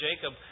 Jacob